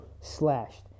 slashed